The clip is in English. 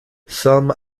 some